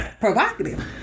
Provocative